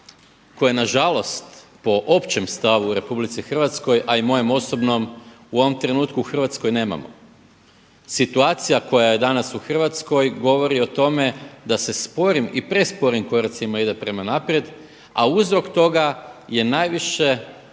koje na žalost po općem stavu u Republici Hrvatskoj, a i mojem osobnom u ovom trenutku u Hrvatskoj nemamo. Situacija koja je danas u Hrvatskoj govori o tome da se sporim i presporim koracima ide prema naprijed, a uzrok toga je najviše